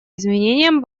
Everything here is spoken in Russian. изменениям